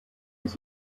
but